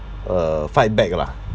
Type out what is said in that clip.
uh fight back lah